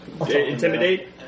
intimidate